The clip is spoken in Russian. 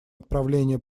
отправление